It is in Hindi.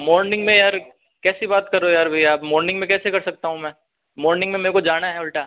मॉर्निंग में यार कैसी बात कर रहे हो यार भैया मॉर्निंग में कैसे कर सकता हूँ मैं मॉर्निंग में मुझे जाना है उल्टा